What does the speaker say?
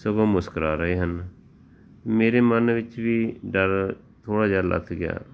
ਸਗੋਂ ਮੁਸਕਰਾ ਰਹੇ ਹਨ ਮੇਰੇ ਮਨ ਵਿੱਚ ਵੀ ਡਰ ਥੋੜ੍ਹਾ ਜਿਹਾ ਲੱਥ ਗਿਆ